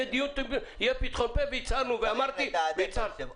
יהיה פתחון פה והצהרנו, ואמרתי והצהרתי.